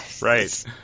Right